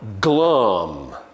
glum